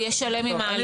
הוא יהיה שלם עם ההליך.